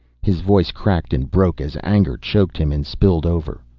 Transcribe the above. his voice cracked and broke as anger choked him and spilled over.